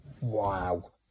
wow